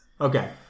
Okay